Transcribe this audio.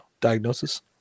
diagnosis